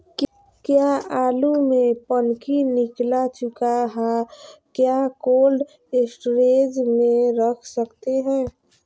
क्या आलु में पनकी निकला चुका हा क्या कोल्ड स्टोरेज में रख सकते हैं?